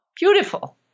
Beautiful